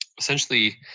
essentially